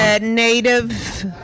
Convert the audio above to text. Native